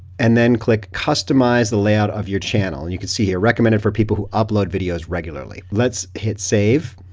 and then click customize the layout of your channel. and you can see here recommended for people who upload videos regularly. let's hit save.